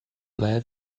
ble